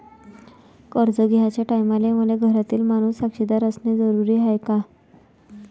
कर्ज घ्याचे टायमाले मले घरातील माणूस साक्षीदार असणे जरुरी हाय का?